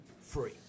free